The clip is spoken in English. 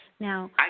Now